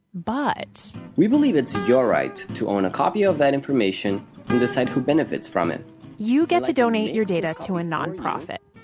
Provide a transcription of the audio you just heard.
but, we believe it's your right to own a copy of that information and decide who benefits from it you get to donate your data to a nonprofit.